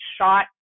shot